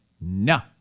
no